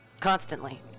Constantly